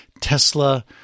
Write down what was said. Tesla –